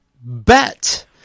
bet –